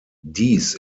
dies